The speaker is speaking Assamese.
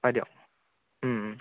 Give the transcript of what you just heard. হয় দিয়ক